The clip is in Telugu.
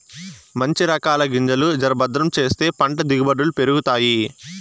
మంచి రకాల గింజలు జర భద్రం చేస్తే పంట దిగుబడులు పెరుగుతాయి